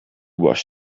wash